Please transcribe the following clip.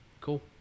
cool